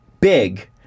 big